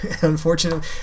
Unfortunately